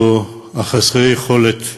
או חסרי היכולת לעבוד,